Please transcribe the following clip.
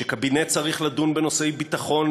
שקבינט צריך לדון בנושאי ביטחון,